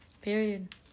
Period